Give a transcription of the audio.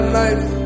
life